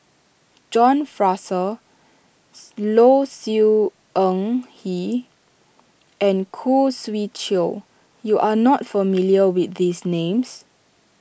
John Fraser Low Siew Nghee and Khoo Swee Chiow you are not familiar with these names